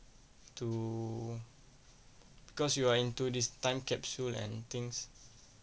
to because you are into this time capsule and things